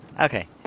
Okay